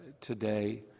today